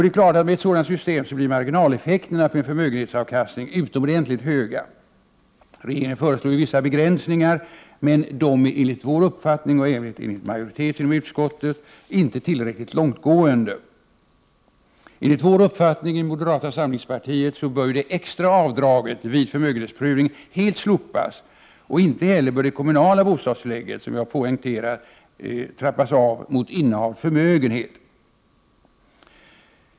Det är klart att marginaleffekterna för en förmögenhetsavkastning blir utomordentligt höga med ett sådant system. Regeringen föreslår vissa begränsningar, men dessa är enligt vår och också enligt utskottsmajoritetens uppfattning inte tillräckligt långtgående. Enligt moderata samlingspartiets mening bör det extra avdraget vid förmögenhetsprövning helt slopas, och inte heller bör det kommunala bostadstillägget, det vill jag poängtera, trappas av mot innehav av förmögenhet.